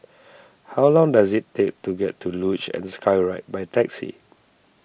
how long does it take to get to Luge and Skyride by taxi